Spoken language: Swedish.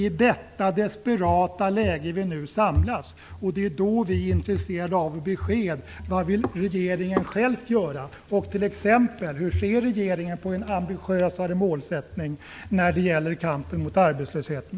I detta desperata läge samlas vi nu. Då är vi intresserade av besked om vad regeringen själv vill göra. Hur ser regeringen på en ambitiösare målsättning när det gäller kampen mot arbetslösheten?